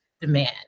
demand